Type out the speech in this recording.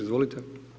Izvolite.